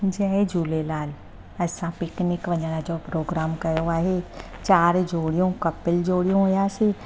जय झूलेलाल असां पिकनिक वञण जो प्रोग्राम कयो आहे चारि जोड़ियूं कपिल जोड़ियूं हुआसीं